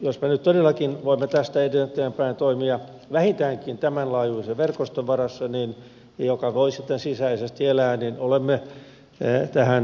jos me nyt todellakin voimme tästä eteenpäin toimia vähintäänkin tämän laajuisen verkoston varassa joka voi sitten sisäisesti elää niin olemme tähän tyytyväisiä